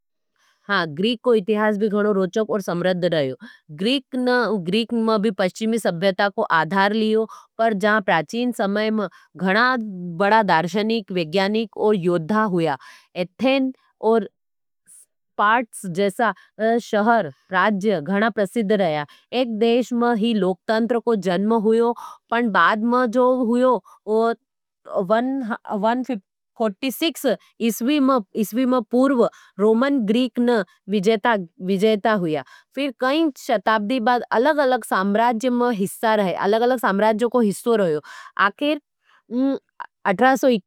हाँ, ग्रीक को इतिहास भी गणो रोचक और समृद्ध रहैओ। ग्रीक में भी पश्चिमी सभ्यता को आधार लियो, पर जहाँ प्राचीन समय में घणा बड़ा दार्शनिक, वेग्यानीक और योद्धा हुया। एथेन और स्पार्ट्स जैसा शहर, राज्य गणा प्रसिद रहया। एक देश में ही लोकतांत्र को जन्म हुयो, पण बाद में जो हुयो, वन वन फॉर्टी सिक्स इसवी में पूर्व रोमन ग्रीकन विजेता विजेता हुया। फिर केई शताब्दी में अलग-अलग साम्राज्यों को हिस्सों रहयो।